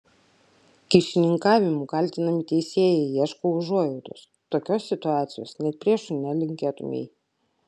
kyšininkavimu kaltinami teisėjai ieško užuojautos tokios situacijos net priešui nelinkėtumei